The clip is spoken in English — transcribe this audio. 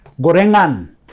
gorengan